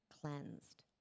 cleansed